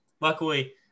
Luckily